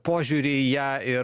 požiūrį į ją ir